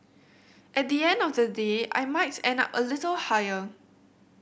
at the end of the day I might end up a little higher